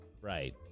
Right